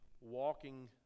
walking